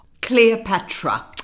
cleopatra